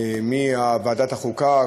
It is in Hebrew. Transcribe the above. מוועדת החוקה,